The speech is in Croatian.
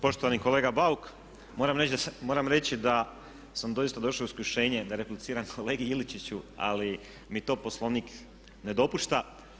Poštovani kolega Bauk, moram reći da sam doista došao u iskušenje da repliciram kolegi Iličiću ali mi to Poslovnik ne dopušta.